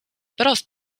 pärast